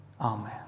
Amen